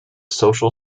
social